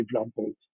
examples